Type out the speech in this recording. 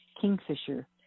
kingfisher